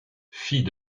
fille